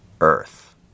earth